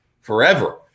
forever